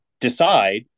decide